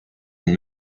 and